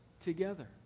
together